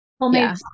homemade